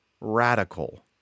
radical